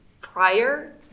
prior